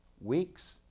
Weeks